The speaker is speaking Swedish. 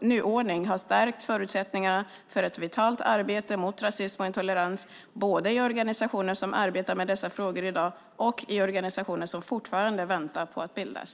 nyordning har stärkt förutsättningarna för ett vitalt arbete mot rasism och intolerans, både i organisationer som arbetar med dessa frågor i dag och i organisationer som fortfarande väntar på att bildas.